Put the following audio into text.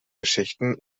geschichten